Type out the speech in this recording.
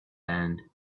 hand